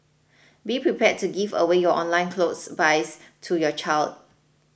be prepared to give away your online clothes buys to your child